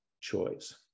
choice